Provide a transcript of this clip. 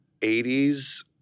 80s